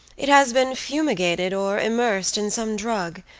it has been fumigated or immersed in some drug,